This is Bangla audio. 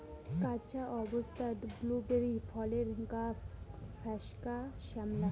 কাঁচা অবস্থাত ব্লুবেরি ফলের গাব ফ্যাকসা শ্যামলা